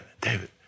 David